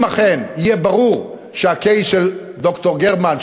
אם אכן יהיה ברור שה-case של ד"ר גרמן,